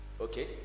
Okay